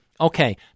Okay